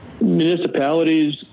Municipalities